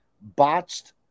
botched